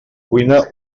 cuina